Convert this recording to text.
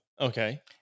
Okay